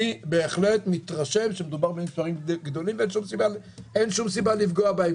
אני בהחלט מתרשם שמדובר במספרים גדולים ואין שום סיבה לפגוע בהם,